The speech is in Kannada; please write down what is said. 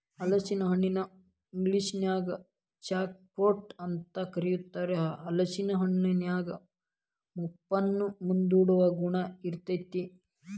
ಹಲಸಿನ ಹಣ್ಣನ ಇಂಗ್ಲೇಷನ್ಯಾಗ ಜಾಕ್ ಫ್ರೂಟ್ ಅಂತ ಕರೇತಾರ, ಹಲೇಸಿನ ಹಣ್ಣಿನ್ಯಾಗ ಮುಪ್ಪನ್ನ ಮುಂದೂಡುವ ಗುಣ ಇರ್ತೇತಿ